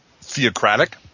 theocratic